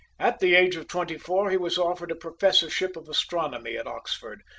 at the age of twenty-four he was offered a professorship of astronomy at oxford,